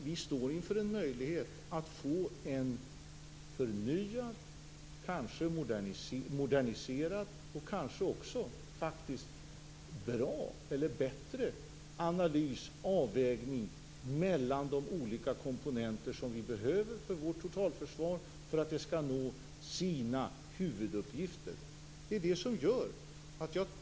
Vi står inför en möjlighet att få en förnyad, kanske moderniserad och kanske också bättre avvägning mellan de olika komponenter vi behöver för totalförsvaret för att det skall uppfylla sina huvuduppgifter.